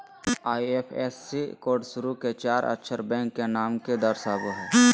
IFSC code शुरू के चार अक्षर बैंक के नाम के दर्शावो हइ